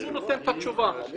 התכנון נותן את התשובה.